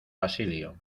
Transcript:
basilio